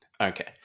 Okay